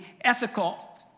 ethical